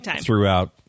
throughout